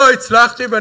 ולא הצלחתי.